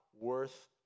worth